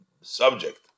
subject